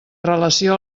relació